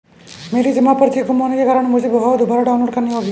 मेरी जमा पर्ची गुम होने के कारण मुझे वह दुबारा डाउनलोड करनी होगी